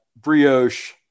brioche